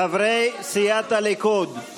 חברי סיעת הליכוד,